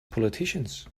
politicians